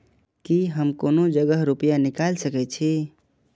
की हम कोनो जगह रूपया निकाल सके छी?